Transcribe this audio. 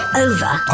over